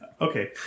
Okay